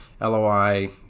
LOI